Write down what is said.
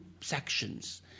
sections